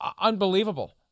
unbelievable